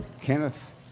Kenneth